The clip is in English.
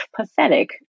pathetic